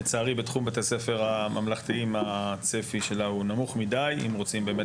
לצערי בתחום בתי הספר הממלכתיים הצפי שלה הוא נמוך מידי אם רוצים באמת